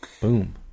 Boom